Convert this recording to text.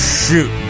shoot